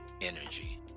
energy